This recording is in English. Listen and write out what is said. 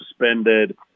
suspended